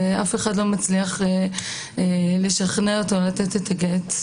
ואף אחד לא מצליח לשכנע אותו לתת את הגט,